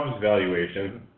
valuation –